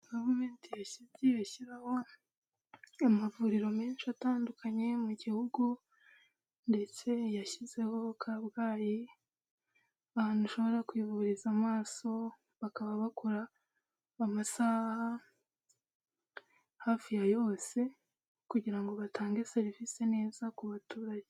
Gavumenti yagiye ishyiraho amavuriro menshi atandukanye yo mu gihugu ndetse yashyizeho kabgayi ahantu ushobora kwivuriza amaso bakaba bakora amasaha hafi ya yose kugira ngo batange serivisi neza ku baturage.